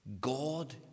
God